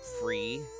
free